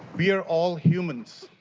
we are all humans.